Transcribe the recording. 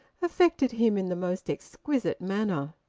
affected him in the most exquisite manner.